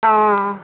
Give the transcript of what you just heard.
ஆ